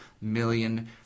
million